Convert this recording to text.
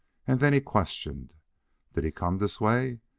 and then he questioned did he come this way?